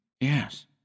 Yes